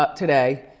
but today,